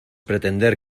pretender